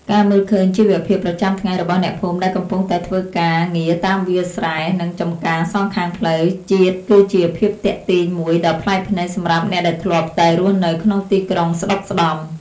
ការមើលឃើញជីវភាពប្រចាំថ្ងៃរបស់អ្នកភូមិដែលកំពុងតែធ្វើការងារតាមវាលស្រែ និង ចម្ការសងខាងផ្លូវជាតិគឺជាភាពទាក់ទាញមួយដ៏ប្លែកភ្នែកសម្រាប់អ្នកដែលធ្លាប់តែរស់នៅក្នុងទីក្រុងស្ដុកស្ដម្ភ។